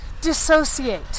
dissociate